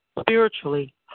spiritually